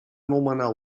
nomenar